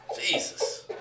Jesus